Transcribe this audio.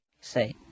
say